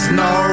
no